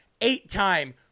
Eight-time